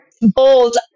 Bold